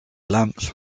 lamps